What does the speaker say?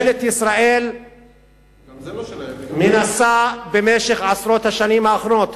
ממשלת ישראל מנסה במשך עשרות השנים האחרונות,